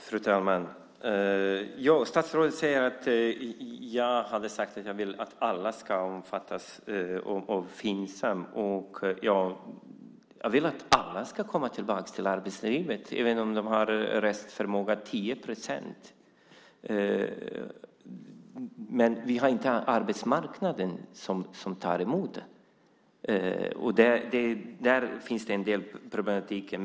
Fru talman! Statsrådet sade att jag har sagt att jag vill att alla ska omfattas av Finsam. Jag vill att alla ska komma tillbaka till arbetslivet även om de har en restförmåga på 10 procent, men vi har inte en arbetsmarknad som tar emot dem. Där finns det en del problem.